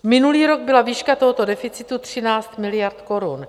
Minulý rok byla výška tohoto deficitu 13 miliard korun.